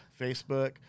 Facebook